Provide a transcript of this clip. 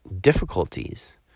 difficulties